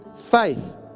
faith